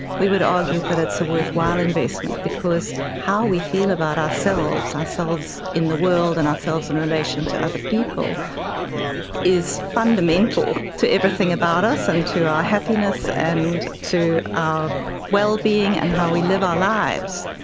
we would argue that it's a worthwhile investment because how we feel about ourselves, ourselves in the world and ourselves in relation to other people is fundamental to everything about us and to our happiness and to our well-being and how we live our lives.